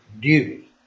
duty